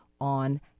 on